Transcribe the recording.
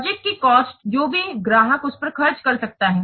project की cost जो भी ग्राहक उस पर खर्च कर सकता है